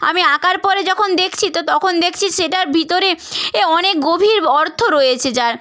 আমি আঁকার পরে যখন দেখছি তো তখন দেখছি সেটার ভিতরে এ অনেক গভীর অর্থ রয়েছে যার